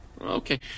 Okay